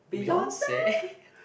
Beyonce